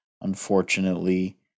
unfortunately